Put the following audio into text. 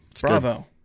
bravo